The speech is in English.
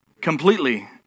Completely